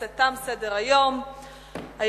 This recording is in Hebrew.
לפיכך,